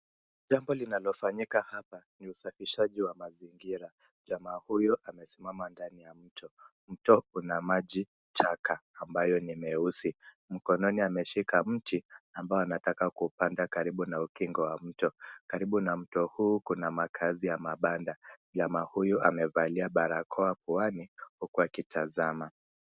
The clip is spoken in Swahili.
Jambo linalofanyika hapa, ni usafishaji wa mazingira. Jamaa huyu amesimama ndani ya mto, mto una maji taka, ambayo ni meusi, mkononi ameshika mti, ambao anataka kuupanda karibu na ukingo wa mto. Karibu na mto huu, kuna makazi ya mabanda, jamaa huyu amevalia barakoa puani, huku akitazama.